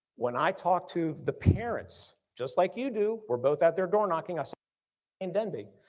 when i talk to the parents just like you do, we're both out there door knocking us in denby.